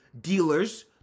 Dealers